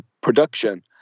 production